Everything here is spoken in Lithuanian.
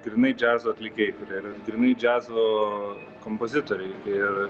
grynai džiazo atlikėjai kurie yra grynai džiazo kompozitoriai ir